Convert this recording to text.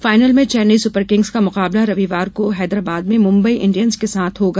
final में Chennai super kings का मुकाबला रविवार को हैदराबाद में मुम्बुई इंडियन्स के साथ होगा